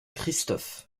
christophe